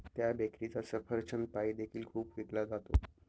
त्या बेकरीचा सफरचंद पाई देखील खूप विकला जातो